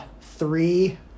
three